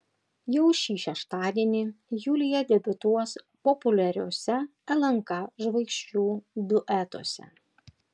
jau šį šeštadienį julija debiutuos populiariuose lnk žvaigždžių duetuose